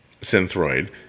Synthroid